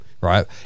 Right